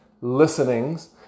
listenings